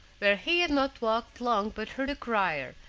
where he had not walked long but heard a crier,